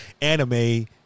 anime